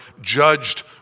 judged